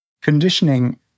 conditioning